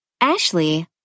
Ashley